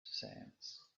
sands